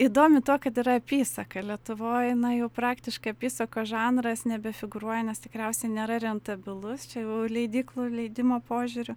įdomi tuo kad yra apysaka lietuvoj na jau praktiškai apysakos žanras nebefigūruoja nes tikriausia nėra rentabilus čia jau leidyklų leidimo požiūriu